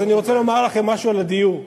אז אני רוצה לומר לכם משהו על הדיור.